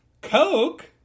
Coke